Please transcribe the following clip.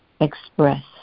express